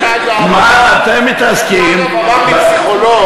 מה אתם מתעסקים, פעם אמר לי פסיכולוג